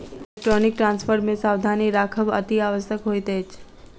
electronic transfer मे सावधानी राखब अतिआवश्यक होइत अछि